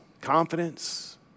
confidence